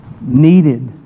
needed